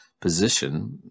position